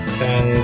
ten